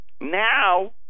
Now